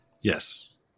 Yes